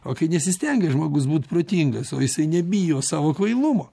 o kai nesistengia žmogus būt protingas o jisai nebijo savo kvailumo